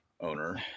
owner